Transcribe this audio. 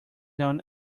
known